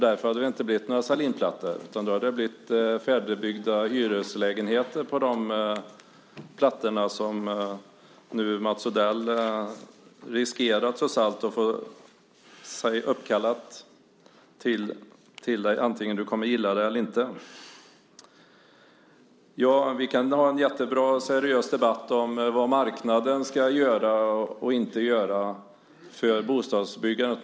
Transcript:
Därför hade det inte blivit några Sahlinplattor, utan då hade det blivit färdigbyggda hyreslägenheter på de plattor som nu Mats Odell trots allt riskerar att få uppkallade efter sig, vare sig han kommer att gilla det eller inte. Vi kan ha en jättebra och seriös debatt om vad marknaden ska göra och inte göra för bostadsbyggandet.